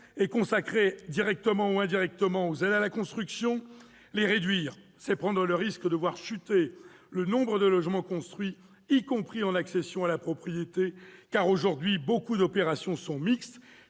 est consacrée, directement ou indirectement, aux aides à la construction. Les réduire, c'est prendre le risque de voir chuter le nombre de logements construits, y compris en accession à la propriété, car, aujourd'hui, de nombreuses opérations sont mixtes